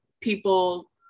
people